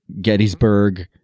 Gettysburg